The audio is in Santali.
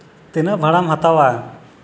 ᱛᱤᱱᱟᱹᱜ ᱵᱷᱟᱲᱟᱢ ᱦᱟᱛᱟᱣᱟ